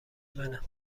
منه